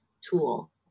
tool